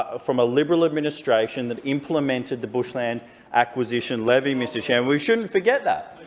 ah from a liberal administration that implemented the bushland acquisition levy, mr chairman. we shouldn't forget that,